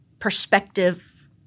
perspective